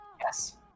Yes